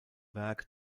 werk